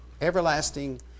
Everlasting